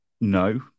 No